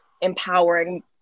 empowering